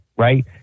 right